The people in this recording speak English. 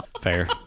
Fair